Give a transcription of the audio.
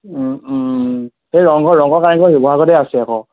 এই ৰংঘৰ ৰংঘৰ কাৰেংঘৰ শিৱসাগৰতে আছে আকৌ